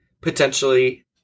potentially